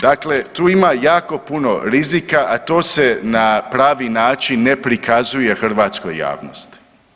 Dakle, tu ima jako puno rizika, a to se na pravi način ne prikazuje hrvatskoj javnosti.